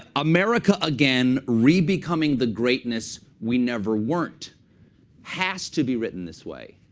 america again, re-becoming the greatness we never weren't has to be written this way.